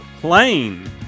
plane